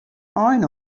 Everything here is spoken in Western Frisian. ein